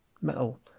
metal